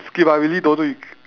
skip I really don't know you c~